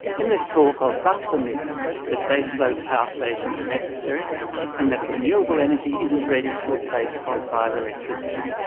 in this talk i'll bust the myths that base-load power stations are necessary and that renewable energy isn't ready to replace coal-fired electricity.